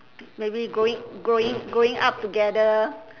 maybe growing growing growing up together